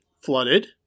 flooded